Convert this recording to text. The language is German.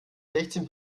sechzehn